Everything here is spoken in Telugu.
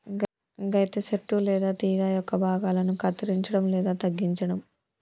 అయితే సెట్టు లేదా తీగ యొక్క భాగాలను కత్తిరంచడం లేదా తగ్గించడం